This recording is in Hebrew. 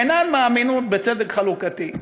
אינן מאמינות בצדק חלוקתי.